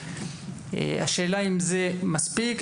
השאלה אם זה מספיק.